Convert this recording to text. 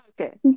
Okay